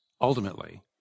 ultimately